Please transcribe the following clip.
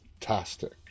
Fantastic